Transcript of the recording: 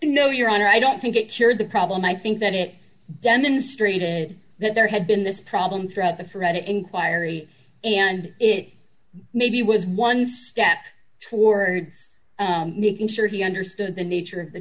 no your honor i don't think it shared the problem i think that it demonstrated that there had been this problem throughout the fretted inquiry and it maybe was one step towards making sure he understood the nature of the